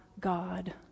God